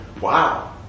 wow